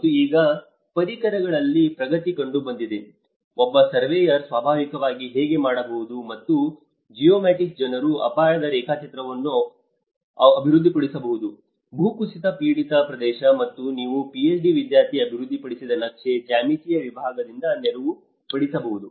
ಮತ್ತು ಈಗ ಪರಿಕರಗಳಲ್ಲಿ ಪ್ರಗತಿ ಕಂಡುಬಂದಿದೆ ಒಬ್ಬ ಸರ್ವೇಯರ್ ಸ್ವಾಭಾವಿಕವಾಗಿ ಹೇಗೆ ಮಾಡಬಹುದು ಮತ್ತು ಜಿಯೋಮ್ಯಾಟಿಕ್ಸ್ ಜನರು ಅಪಾಯದ ರೇಖಾಚಿತ್ರವನ್ನು ಅನ್ನು ಅಭಿವೃದ್ಧಿಪಡಿಸಬಹುದು ಭೂಕುಸಿತ ಪೀಡಿತ ಪ್ರದೇಶ ಇದು ನನ್ನ ಪಿಎಚ್ಡಿ ವಿದ್ಯಾರ್ಥಿ ಅಭಿವೃದ್ಧಿಪಡಿಸಿದ ನಕ್ಷೆ ಜ್ಯಾಮಿತೀಯ ವಿಭಾಗದಿಂದ ನೆರವು ಪಡಿಸಬಹುದು